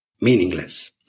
meaningless